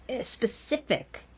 specific